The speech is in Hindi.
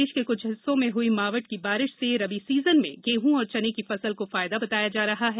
प्रदेश के कुछ हिस्सों में हयी मावठ की बारिश से रबी सीजन में गेहूं और चने की फसल को फायदा बताया जा रहा है